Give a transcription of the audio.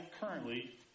currently